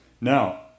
Now